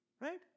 right